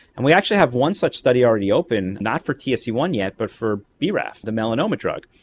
and we actually have one such study already open, not for t s e one yet but for braf, the melanoma drug.